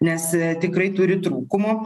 nes tikrai turi trūkumų